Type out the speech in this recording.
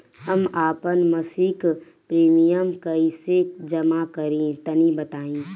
हम आपन मसिक प्रिमियम कइसे जमा करि तनि बताईं?